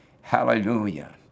hallelujah